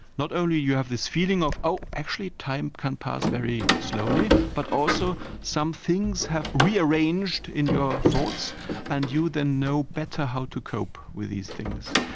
not only do you have this feeling of, oh, actually time can pass very slowly, but also some things have rearranged in your thoughts and you then know better how to cope with these things.